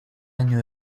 año